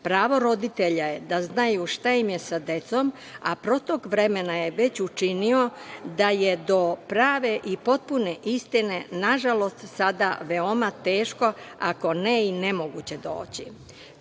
Pravo roditelja je da znaju šta im je sa decom, a protok vremena je već učinio da je do prave i potpune istine, nažalost, sada veoma teško, ako ne i nemoguće